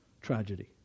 Tragedy